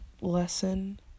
lesson